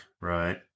Right